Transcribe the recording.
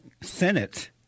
Senate